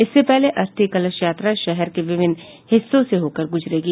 इससे पहले अस्थि कलश यात्रा शहर के विभिन्न हिस्सों से होकर गुजरेगी